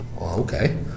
Okay